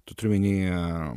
tai turiu omeny